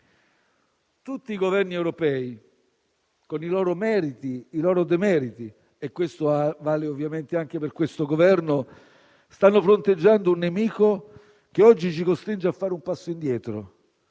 Tutti i Governi europei, con i loro meriti e i loro demeriti - questo vale ovviamente anche per questo Governo - stanno fronteggiando un nemico che oggi ci costringe a fare un passo indietro.